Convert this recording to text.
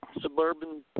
suburban